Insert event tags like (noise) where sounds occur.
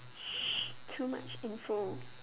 (noise) too much info